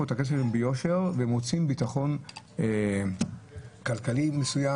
את הכסף שלהם ביושר והם רוצים ביטחון כלכלי מסוים,